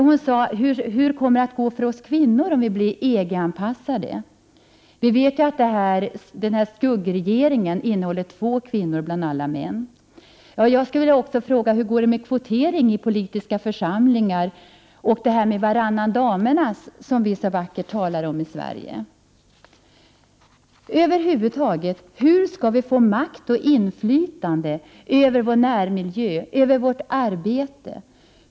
Hon sade: Hur kommer det att gå för oss kvinnor om vi blir EG-anpassade? Vi vet att den s.k. skuggregeringen innehåller två kvinnor bland alla män. Jag vill ställa frågan: Hur går det med kvotering i politiska församlingar och detta med varannan damernas, som vi så vackert talar om i Sverige? Hur skall vi över huvud taget få makt och inflytande över vår närmiljö och vårt arbete?